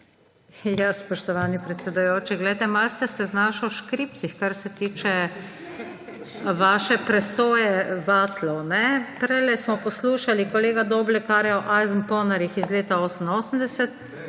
Ja, spoštovani predsedujoči, poglejte, malo ste se znašli v škripcih, kar se tiče vaše presoje vatlov. Prejle smo poslušali kolega Doblekarja o ajzenponarjih iz leta 1988,